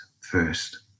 first